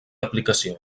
aplicació